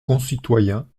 concitoyens